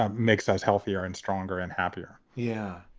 um makes us healthier and stronger and happier yeah,